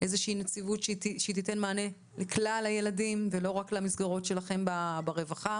איזוהי נציבות שתיתן מענה לכלל הילדים ולא רק למסגרות שלכם ברווחה.